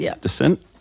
descent